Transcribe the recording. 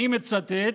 אני מצטט,